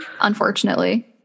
Unfortunately